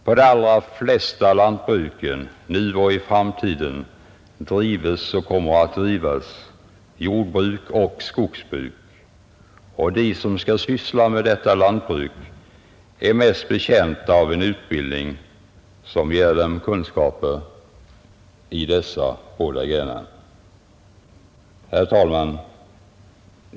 På de allra flesta lantbruken, nu och i framtiden, drives och kommer att drivas jordbruk och skogsbruk, och de som skall syssla med detta lantbruk är mest betjänta av en utbildning, som ger dem kunskaper i dessa båda grenar. Herr talman!